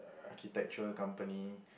architectural company